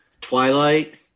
Twilight